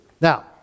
Now